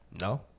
No